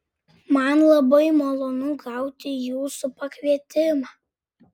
man labai malonu gauti jūsų pakvietimą